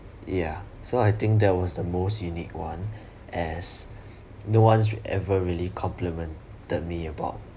ya so I think that was the most unique one as no one should ever really complimented me about